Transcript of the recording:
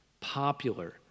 popular